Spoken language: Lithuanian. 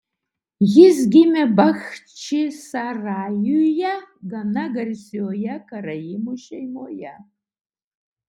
jis gimė bachčisarajuje gana garsioje karaimų šeimoje